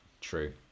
True